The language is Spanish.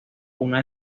una